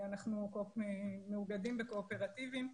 אנחנו מאוגדים בקואופרטיבים,